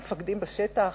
המפקדים בשטח?